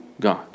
God